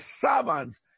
servants